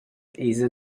esa